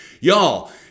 Y'all